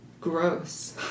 gross